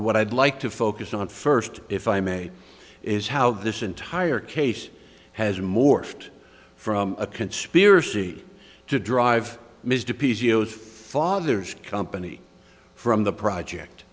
what i'd like to focus on first if i may is how this entire case has morphed from a conspiracy to drive mr p c o s father's company from the project